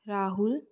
Rahul